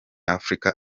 africa